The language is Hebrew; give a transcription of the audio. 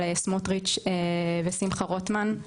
על סמוטריץ' ושמחה רוטמן.